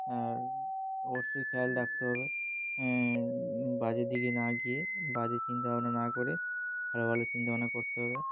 আর অবশ্যই খেয়াল রাখতে হবে বাজে দিকে না গিয়ে বাজে চিন্তা ভাবনা না করে ভালো ভালো চিন্তা ভাবনা করতে হবে